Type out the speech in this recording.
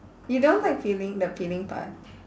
you don't like peeling the peeling part